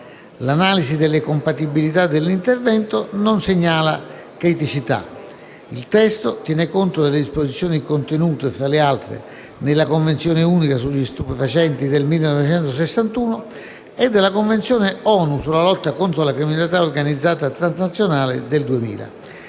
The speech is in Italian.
L'analisi delle compatibilità dell'intervento non segnala criticità. Il testo tiene conto delle disposizioni contenute, fra le altre, nella Convenzione unica sugli stupefacenti del 1961 e nella Convenzione ONU sulla lotta contro la criminalità organizzata transnazionale del 2000.